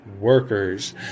workers